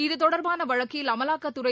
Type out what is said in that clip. இது தொடர்பான வழக்கில் அமலாக்கத்துறை